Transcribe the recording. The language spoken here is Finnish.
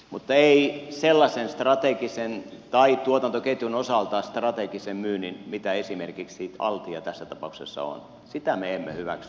mutta sellaista strategista tai tuotantoketjun osalta strategista myyntiä mitä esimerkiksi altia tässä tapauksessa on me emme hyväksy